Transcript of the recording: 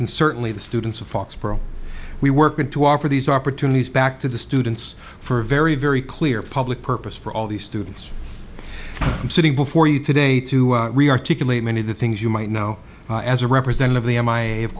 and certainly the students of foxborough we work in to offer these opportunities back to the students for a very very clear public purpose for all these students sitting before you today to articulate many of the things you might know as a representative